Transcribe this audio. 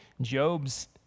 Job's